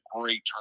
great